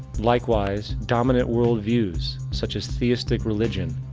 likewise, dominant world views, such as theistic religion,